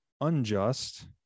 unjust